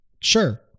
sure